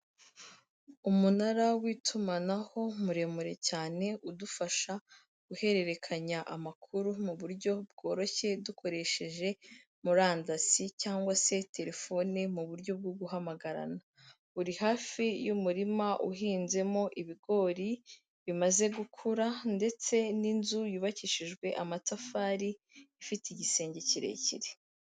Umunara w'itumanaho muremure cyane udufasha guhererekanya amakuru mu buryo bworoshye dukoresheje murandasi, cyangwa se telefone mu buryo bwo guhamagarana, uri hafi y'umurima uhinzemo ibigori bimaze gukura, ndetse n'inzu yubakishijwe amatafari ifite igisenge kirekire.